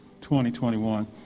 2021